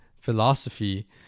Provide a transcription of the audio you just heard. philosophy